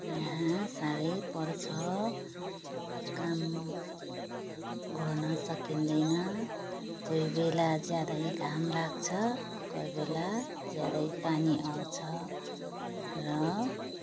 यहाँ साह्रै पर्छ काम गर्न सकिँदैन कोही बेला ज्यादै घाम लाग्छ कोही बेला ज्यादै पानी आउँछ र